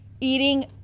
Eating